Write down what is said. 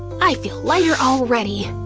i feel lighter already.